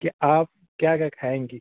कि आप क्या क्या खाएंगी